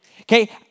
Okay